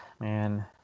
man